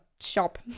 shop